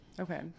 Okay